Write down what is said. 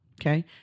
Okay